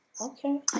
Okay